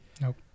Nope